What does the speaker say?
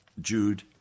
Jude